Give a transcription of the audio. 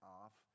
off